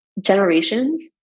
generations